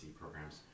programs